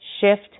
shift